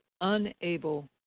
unable